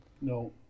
No